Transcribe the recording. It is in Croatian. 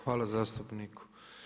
Hvala zastupniku.